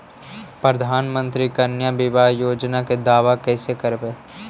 प्रधानमंत्री कन्या बिबाह योजना के दाबा कैसे करबै?